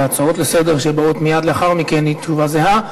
ההצעות לסדר-היום שבאות מייד לאחר מכן היא זהה,